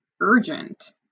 urgent